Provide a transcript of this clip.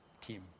team